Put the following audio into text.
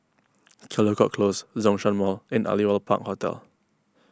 Caldecott Close Zhongshan Mall and Aliwal Park Hotel